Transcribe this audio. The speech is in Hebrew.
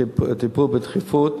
טיפול בדחיפות,